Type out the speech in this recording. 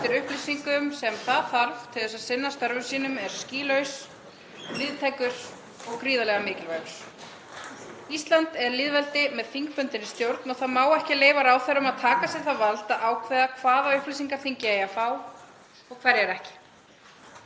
eftir upplýsingum sem það þarf til að sinna störfum sínum er skýlaus, víðtækur og gríðarlega mikilvægur. Ísland er lýðveldi með þingbundinni stjórn og ekki má leyfa ráðherrum að taka sér það vald að ákveða hvaða upplýsingar þingið eigi að fá og hverjar ekki.